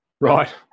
Right